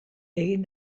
egin